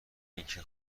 اینکه